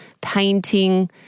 painting